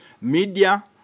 media